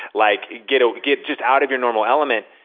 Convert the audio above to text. like get ah get just out of your normal element.